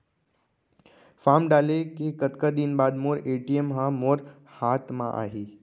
Form डाले के कतका दिन बाद मोर ए.टी.एम ह मोर हाथ म आही?